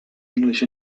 english